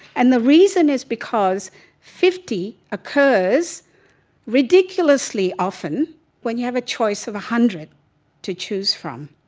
and the reason is because fifty occurs ridiculously often when you have a choice of a hundred to choose from.